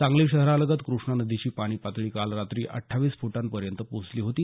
सांगली शहरालगत कृष्णा नदीची पाणी पातळी काल रात्री अठ्ठावीस फुटांपर्यंत पोहोचली होती